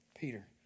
Peter